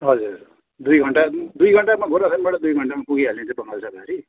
हजुर दुई घण्टा दुई घण्टामा गोरुबथानबाट दुई घण्टामा पुगिहालिन्छ बङ्गाल सफारी